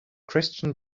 christian